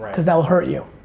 cause that'll hurt you.